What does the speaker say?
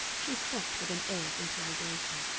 she stopped with an air of interrogation.